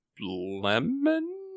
lemon